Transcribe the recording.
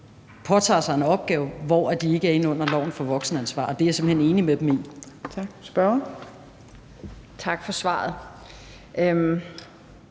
påtager sig en opgave, hvor de ikke er inde under loven for voksenansvar, og det er jeg simpelt hen enig med dem i. Kl.